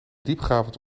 diepgravend